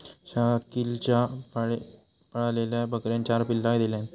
शकिलच्या पाळलेल्या बकरेन चार पिल्ला दिल्यान